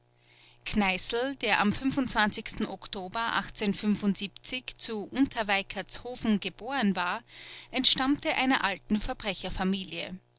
kneißl der am oktober zu unterweikertshofen geboren war entstammte einer alten